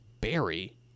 Barry